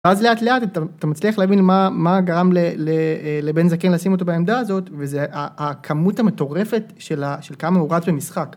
אז לאט לאט אתה מצליח להבין מה גרם לבן זקן לשים אותו בעמדה הזאת, וזה הכמות המטורפת של כמה הוא רץ במשחק.